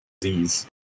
disease